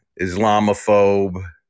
islamophobe